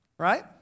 Right